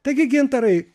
taigi gintarai